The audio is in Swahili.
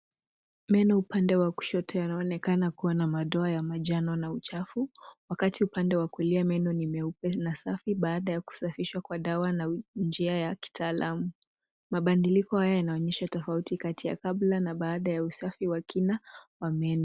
Meno upande wa kushoto yanaonekana kuwa na madoa ya manjano na uchafu, wakati upande wa kulia meno ni meupe na safi baada ya kusafishwa kwa dawa na njia ya kitaalam. Mabadiliko haya yanaonyesha tofauti kati ya kabla na baada ya usafi wa kina wa meno.